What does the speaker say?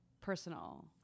personal